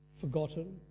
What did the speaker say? forgotten